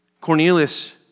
Cornelius